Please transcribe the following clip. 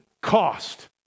cost